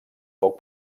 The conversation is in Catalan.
poc